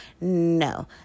No